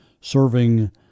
serving